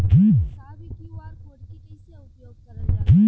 साहब इ QR code के कइसे उपयोग करल जाला?